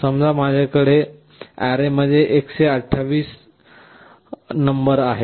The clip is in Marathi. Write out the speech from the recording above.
समजा माझ्याकडे अॅरेमध्ये 128 नंबर आहेत